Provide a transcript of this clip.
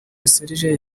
serge